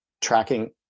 tracking